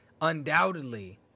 undoubtedly